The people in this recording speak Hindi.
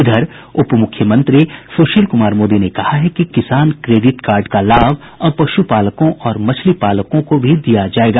इधर उप मुख्यमंत्री सुशील कुमार मोदी ने कहा है कि किसान क्रेडिट कार्ड का लाभ अब पश्पालकों और मछलीपालकों को भी दिया जायेगा